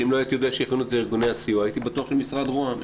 אם לא הייתי יודע ש --- ארגוני הסיוע הייתי בטוח שזה של משרד רוה"מ.